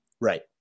Right